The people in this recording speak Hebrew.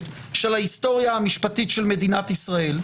של ההיסטוריה המשפטית של מדינת ישראל,